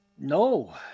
No